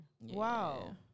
Wow